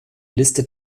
liste